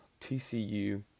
TCU